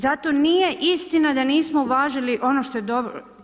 Zato nije istina da nismo uvažili ono što je dobro.